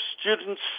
students